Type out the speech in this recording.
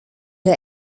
der